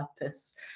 purpose